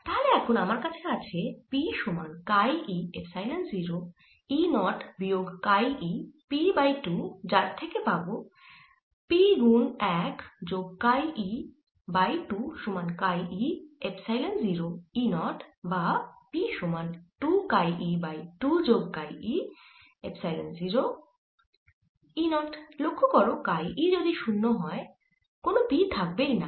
তাহলে এখন আমার কাছে আছে P সমান কাই e এপসাইলন 0 E0 বিয়োগ কাই e P বাই 2 যার থেকে পাবো P গুন 1 যোগ কাই e বাই 2 সমান কাই e এপসাইলন 0 E 0 বা P সমান 2 কাই e বাই 2 যোগ কাই e এপসাইলন 0 E 0 লক্ষ্য করো কাই e যদি 0 হয় কোন P থাকবেই না